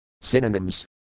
Synonyms